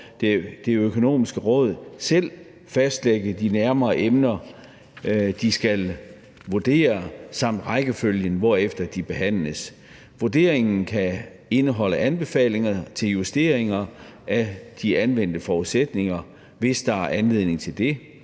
De Økonomiske Råd selv fastlægge de nærmere emner, de skal vurdere, samt rækkefølgen, hvorefter de behandles. Vurderingen kan indeholde anbefalinger til justeringer af de anvendte forudsætninger, hvis der er anledning til det.